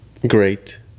Great